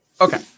Okay